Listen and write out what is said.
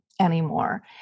anymore